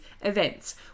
events